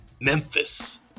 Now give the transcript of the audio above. Memphis